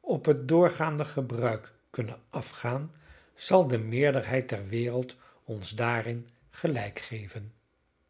op het doorgaande gebruik kunnen afgaan zal de meerderheid der wereld ons daarin gelijk geven